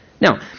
now